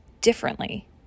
differently